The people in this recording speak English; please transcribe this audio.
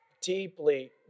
deeply